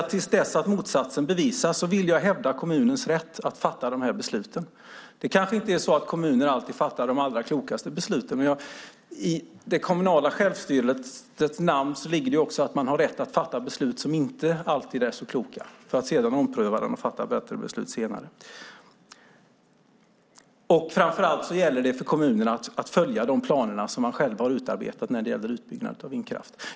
Tills motsatsen bevisats vill jag hävda kommunens rätt att fatta dessa beslut. Kanske fattar kommuner inte alltid de allra klokaste besluten. Men i den kommunala självstyrelsens namn ligger också rätten att fatta beslut som inte alltid är så kloka. Sedan får man ompröva och fatta bättre beslut senare. Framför allt gäller det för kommunerna att följa de planer som de själva utarbetat när det gäller utbyggnaden av vindkraft.